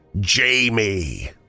Jamie